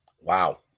wow